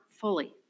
fully